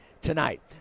tonight